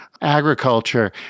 agriculture